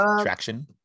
traction